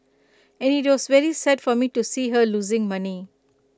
and IT was very sad for me to see her losing money